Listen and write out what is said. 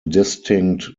distinct